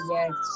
Yes